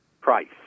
price